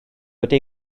wedi